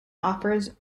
offers